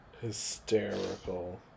Hysterical